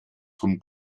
von